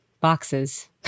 boxes